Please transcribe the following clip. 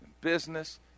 business